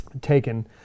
taken